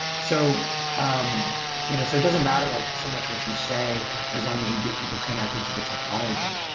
so um you know so doesn't matter like so much what you say as long as you get people connected to the technology.